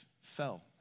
fell